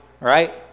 right